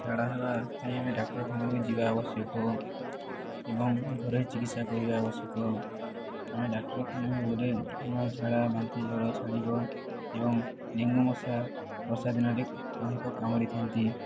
ଝାଡ଼ା ହେବା ପାଇଁ ଆମେ ଡାକ୍ତରଖାନାକୁ ଯିବା ଆବଶ୍ୟକ ଏବଂ ଘରୋଇ ଚିକିତ୍ସା କରିବା ଆବଶ୍ୟକ ଆମେ ଡାକ୍ତରଖାନାକୁ ଗଲେ ଆମ ଝାଡ଼ା ବାନ୍ତି ଜ୍ଵର ଛାଡ଼ିବ ଏବଂ ଡେଙ୍ଗୁ ମଶା ବର୍ଷା ଦିନରେ ଅଧିକ କାମୁଡ଼ିଥାନ୍ତି